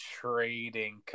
trading